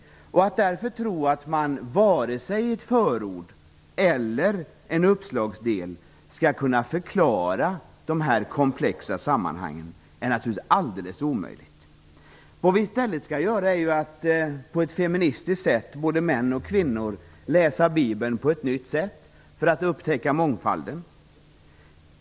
Att därför tro att man vare sig i förord eller i en uppslagsdel skall kunna förklara dessa komplexa sammanhang är naturligtvis alldeles omöjligt. Vad vi i stället skall göra, både män och kvinnor, är att läsa Bibeln på ett nytt, feministiskt sätt för att upptäcka mångfalden.